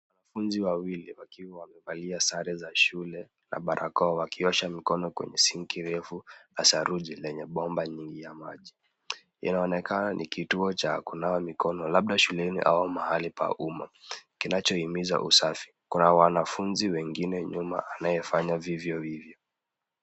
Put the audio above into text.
Wanafunzi wawili wakiwa wamevalia sare za shule na barakoa wakiosha mikono kwenye sinki refu la saruji lenye bomba nyingi ya maji. Inaonekana ni kituo cha kunawa mikono labda shuleni au mahali pa umma, kinachohimiza usafi. Kuna wanafunzi wengine nyuma anayefanya vivyo hivyo.